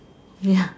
ya